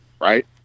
right